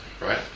right